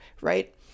right